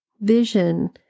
vision